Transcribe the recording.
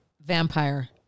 vampire